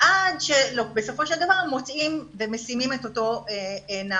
עד שבסופו של דבר מוצאים ומשימים את אותו נער.